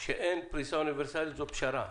העובדה שאין פריסה אוניברסלית זה פשרה.